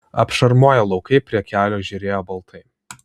apšarmoję laukai prie kelio žėrėjo baltai